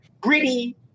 gritty